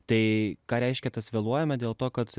tai ką reiškia tas vėluojame dėl to kad